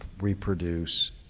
reproduce